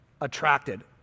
attracted